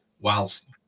whilst